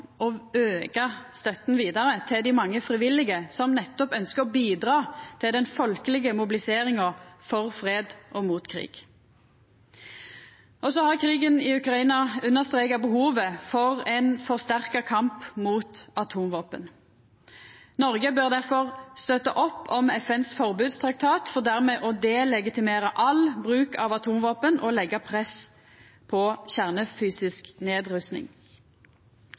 auka stønaden vidare til dei mange frivillige som nettopp ønskjer å bidra til den folkelege mobiliseringa for fred og mot krig. Krigen i Ukraina har understreka behovet for ein forsterka kamp mot atomvåpen. Noreg bør difor støtta opp om FNs forbodstraktat, for dermed å delegitimera all bruk av atomvåpen og leggja press på kjernefysisk nedrusting.